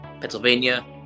Pennsylvania